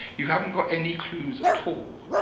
you haven't got any clues at all.